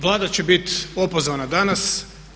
Vlada će biti opozvana danas.